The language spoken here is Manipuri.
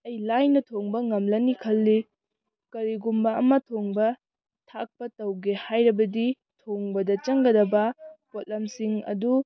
ꯑꯩ ꯂꯥꯏꯅ ꯊꯣꯡꯕ ꯉꯝꯂꯅꯤ ꯈꯜꯂꯤ ꯀꯔꯤꯒꯨꯝꯕ ꯑꯃ ꯊꯣꯡꯕ ꯊꯥꯛꯄ ꯇꯧꯒꯦ ꯍꯥꯏꯔꯕꯗꯤ ꯊꯣꯡꯕꯗ ꯆꯪꯒꯗꯕ ꯄꯣꯠꯂꯝꯁꯤꯡ ꯑꯗꯨ